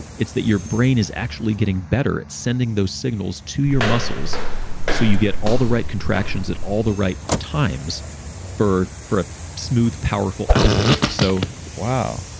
it's that your brain is actually getting better at sending those signals to your muscles so you get all the right contractions at all the right times for for a smooth, powerful output so wow.